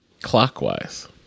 clockwise